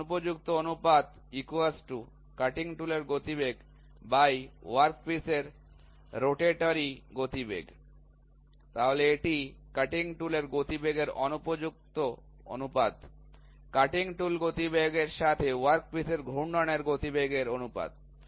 অনুপযুক্ত অনুপাত cutting tool এর গতিবেগWp এর রোটাটরি গতিবেগ তাহলে এটি কাটিং টুলের গতিবেগের অনুপযুক্ত অনুপাত কাটিং টুল গতিবেগ এর সাথে ওয়ার্কপিসের ঘূর্ণনের গতিবেগের অনুপাত